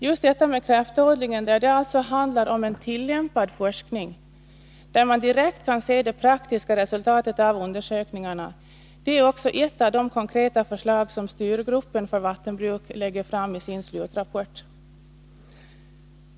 Just kräftodlingen gäller tillämpad forskning, där man direkt kan se det praktiska resultatet av undersökningarna. Det är också ett av de konkreta förslag som styrgruppen för vattenbruk lägger fram i sin slutrapport.